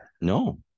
No